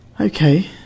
Okay